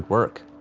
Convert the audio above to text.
work.